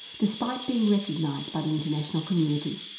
despite being recognised by the international community.